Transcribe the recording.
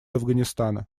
афганистана